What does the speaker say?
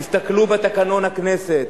תסתכלו בתקנון הכנסת.